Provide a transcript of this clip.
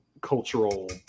cultural